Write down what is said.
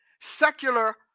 secular